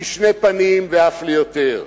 לשתי פנים ואף ליותר.